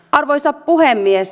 arvoisa puhemies